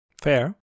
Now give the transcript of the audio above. fair